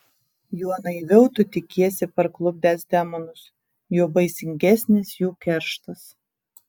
juo naiviau tu tikiesi parklupdęs demonus juo baisingesnis jų kerštas